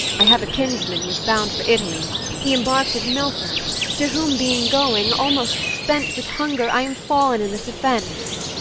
i have a kinsman who is bound for italy he embark'd at milford to whom being going, almost spent with hunger, i am fall'n in this offence.